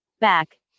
Back